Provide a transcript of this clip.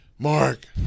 Mark